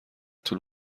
طول